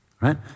right